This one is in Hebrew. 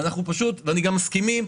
אנחנו גם מסכימים,